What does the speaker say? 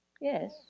Yes